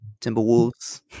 Timberwolves